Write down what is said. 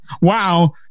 Wow